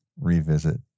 Revisit